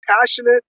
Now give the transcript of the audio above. passionate